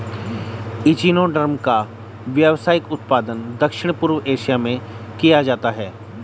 echinoderm का व्यावसायिक उत्पादन दक्षिण पूर्व एशिया में किया जाता है